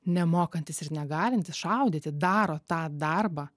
nemokantys ir negalintys šaudyti daro tą darbą